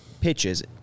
pitches